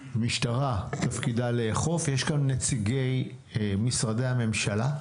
המשטרה, תפקידה לאכוף, יש גם נציגי משרדי הממשלה.